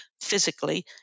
physically